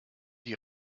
die